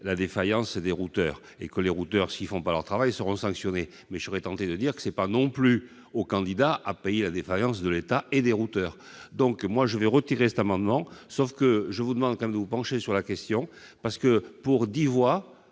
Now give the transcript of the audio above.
la défaillance des routeurs et que, s'ils ne font pas leur travail, ils seront sanctionnés. Je serais tenté de dire que ce n'est pas non plus au candidat de payer la défaillance de l'État et des routeurs. Je retire mon amendement, mais je vous demande quand même de vous pencher sur la question. Pour dix voix,